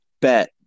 bet